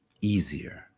easier